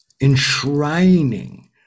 enshrining